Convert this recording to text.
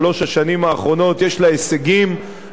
יש לה הישגים מרחיקי לכת,